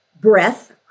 breath